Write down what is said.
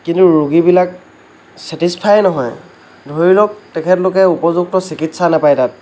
কিন্তু ৰোগীবিলাক চেটিচফাই নহয় ধৰিলওক তেখেতসকলে উপযুক্ত চিকিৎসা নাপায় তাত